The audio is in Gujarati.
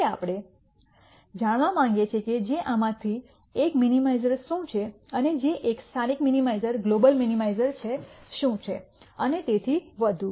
હવે આપણે જાણવા માંગીએ છીએ કે જે એમાં થી આ એક મિનિમાઇઝર શું છે અને જે એક સ્થાનિક મિનિમીઝર ગ્લોબલ મિનિમાઇઝર છે શું છે અને તેથી વધુ